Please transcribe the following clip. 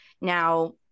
now